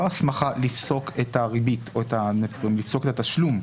הסמכה לפסוק את הריבית או לפסוק את התשלום.